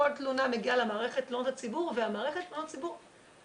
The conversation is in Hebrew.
כל תלונה מגיעה למערכת תלונות הציבור ומערכת תלונות הציבור,